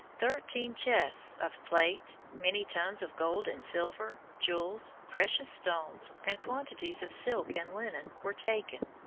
thirteen chests of plate, many tons of gold and silver, jewels, precious stones, and quantities of silk and linen were taken.